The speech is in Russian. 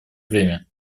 время